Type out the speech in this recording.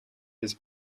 his